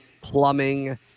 plumbing